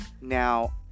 Now